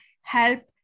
help